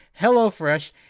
HelloFresh